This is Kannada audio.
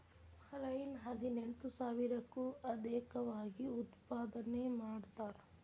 ಮರೈನ್ ಹದಿನೆಂಟು ಸಾವಿರಕ್ಕೂ ಅದೇಕವಾಗಿ ಉತ್ಪಾದನೆ ಮಾಡತಾರ